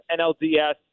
NLDS